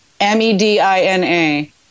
M-E-D-I-N-A